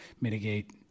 mitigate